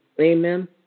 Amen